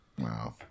Wow